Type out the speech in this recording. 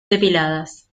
depiladas